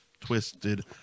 Twisted